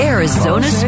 Arizona